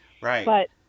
right